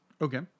Okay